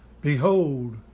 behold